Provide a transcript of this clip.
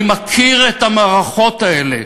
אני מכיר את המערכות האלה,